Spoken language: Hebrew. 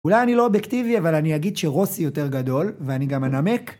אולי אני לא אובייקטיבי, אבל אני אגיד שרוסי יותר גדול, ואני גם אנמק.